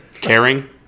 Caring